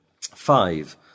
five